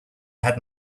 had